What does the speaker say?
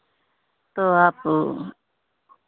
तो आप